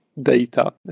data